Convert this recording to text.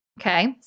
Okay